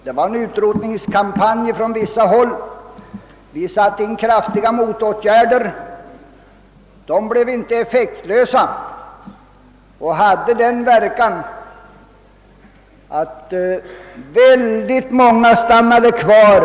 Vi satte in kraftiga motåtgärder, en antiutrotningskampanj, och tack och lov blev inte dessa åtgärder effektlösa, utan hade den verkan att många jordbrukare stannade kvar.